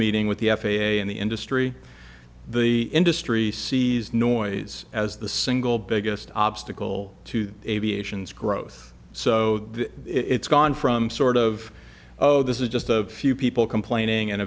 meeting with the f a a and the industry the industry sees noise as the single biggest obstacle to aviation's growth so it's gone from sort of oh this is just a few people complaining and